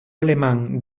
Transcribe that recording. alemán